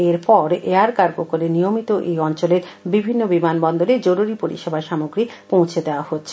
এর পর air cargo করে নিয়মিত এই অঞ্চলের বিভিন্ন বিমানবন্দরে জরুরি পরিষেবার সামগ্রী পৌছে দেওয়া হচ্ছে